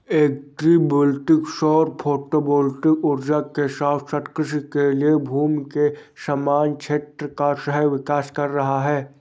agri voltaic सौर photovoltaic ऊर्जा के साथ साथ कृषि के लिए भूमि के समान क्षेत्र का सह विकास कर रहा है